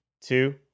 two